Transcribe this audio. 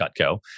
Cutco